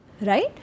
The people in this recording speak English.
right